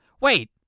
Wait